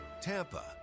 TAMPA